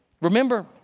Remember